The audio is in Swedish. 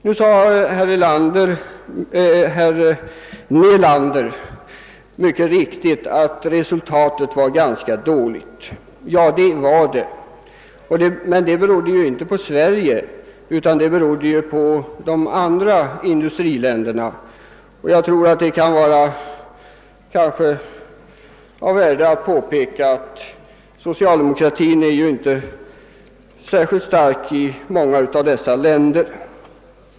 Herr Nelander sade mycket riktigt att resultatet blev ganska dåligt, men detta berodde inte på Sverige utan på de andra industriländerna. Jag tror att det kan vara av värde att påpeka, att socialdemokratin ju inte är särskilt stark i många av dessa länder.